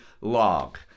log